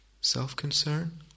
Self-concern